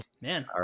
Man